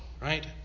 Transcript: Right